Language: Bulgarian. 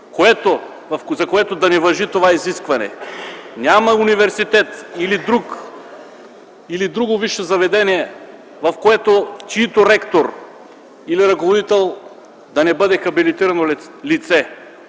за което да не важи това изискване. Няма университет или друго висше учебно заведение, чийто ректор или ръководител да не бъде хабилитирано лице.